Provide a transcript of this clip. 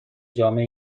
جامعه